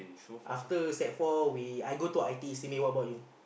after sec four we I go to I_T_E Simei what about you